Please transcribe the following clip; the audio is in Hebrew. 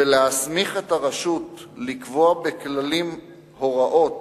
ולהסמיך את הרשות לקבוע בכללים הוראות,